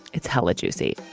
it's hella juicy.